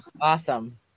Awesome